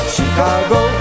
Chicago